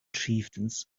chieftains